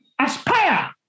Aspire